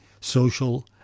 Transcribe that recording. social